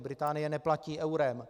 Británie neplatí eurem.